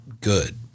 good